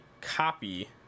copy